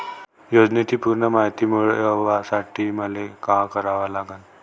योजनेची पूर्ण मायती मिळवासाठी मले का करावं लागन?